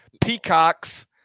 peacocks